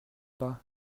pas